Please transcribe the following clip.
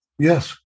Yes